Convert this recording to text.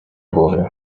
głowie